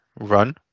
run